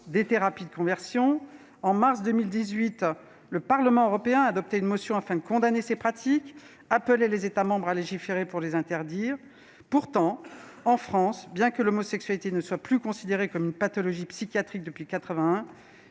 des thérapies de conversion. En mars 2018, le Parlement européen adoptait une motion condamnant ces pratiques et appelant les États membres à légiférer pour les interdire. Pourtant, en France, bien que l'homosexualité ne soit plus considérée comme une pathologie psychiatrique depuis 1981,